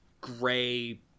gray